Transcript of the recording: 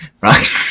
Right